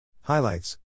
Highlights